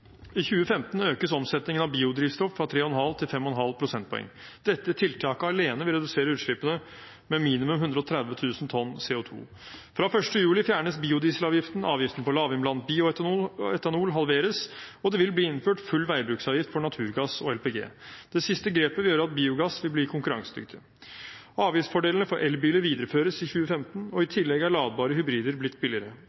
I 2015 økes omsetningen av biodrivstoff fra 3,5 pst. til 5,5 pst. Dette tiltaket alene vil redusere utslippene med minimum 130 000 tonn CO2. Fra 1. juli fjernes biodieselavgiften, avgiften på lavinnblandet bioetanol halveres, og det vil bli innført full veibruksavgift for naturgass og LPG. Det siste grepet vil gjøre at biogass vil bli konkurransedyktig. Avgiftsfordelene for elbiler videreføres i 2015, og i tillegg er ladbare hybrider blitt billigere.